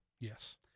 Yes